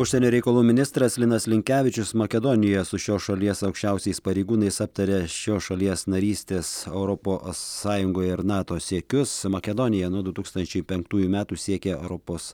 užsienio reikalų ministras linas linkevičius makedonijoje su šios šalies aukščiausiais pareigūnais aptarė šios šalies narystės europos sąjungoje ir nato siekius makedonija nuo du tūkstančiai penktųjų metų siekia europos